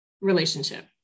relationship